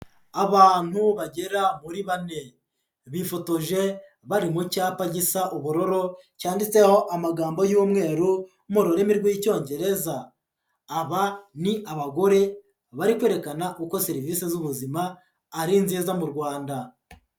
Abantu bagera muri bane, bifotoje bari mu cyapa gisa ubururu cyanditseho amagambo y'umweru mu rurimi rw'Icyongereza, aba ni abagore bari kwerekana uko serivise z'ubuzima ari nziza mu Rwanda.